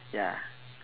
ya